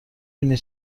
بینی